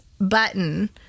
button